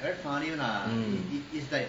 mm